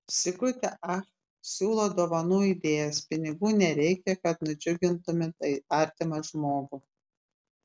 sigutė ach siūlo dovanų idėjas pinigų nereikia kad nudžiugintumėte artimą žmogų